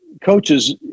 coaches